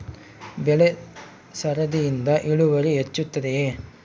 ಬೆಳೆ ಸರದಿಯಿಂದ ಇಳುವರಿ ಹೆಚ್ಚುತ್ತದೆಯೇ?